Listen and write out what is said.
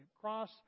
cross